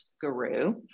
guru